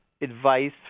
advice